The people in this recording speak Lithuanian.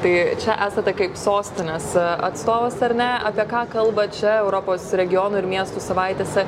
tai čia esate kaip sostinės atstovas ar ne apie ką kalba čia europos regionų ir miestų savaitėse